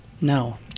No